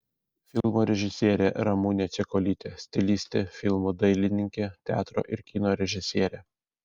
filmo režisierė ramunė čekuolytė stilistė filmų dailininkė teatro ir kino režisierė